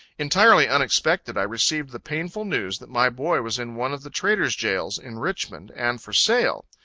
entirely unexpected, i received the painful news that my boy was in one of the trader's jails in richmond, and for sale.